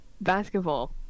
basketball